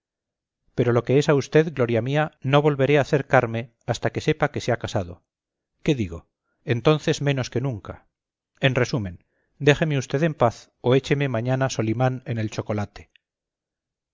pero lo que es a usted gloria mía no volveré a acercarme hasta que sepa que se ha casado qué digo entonces menos que nunca en resumen déjeme usted en paz o écheme mañana solimán en el chocolate